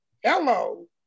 Hello